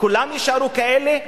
כולם יישארו כאלה.